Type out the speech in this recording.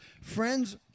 Friends